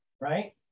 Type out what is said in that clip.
right